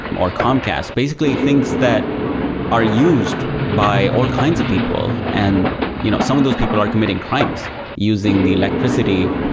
or comcast. basically, things that are used by all kinds of people, and you know some of those people are committing crimes using the electricity,